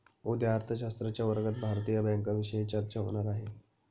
उद्या अर्थशास्त्राच्या वर्गात भारतीय बँकांविषयी चर्चा होणार आहे